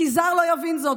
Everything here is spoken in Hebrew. כי זר לא יבין זאת.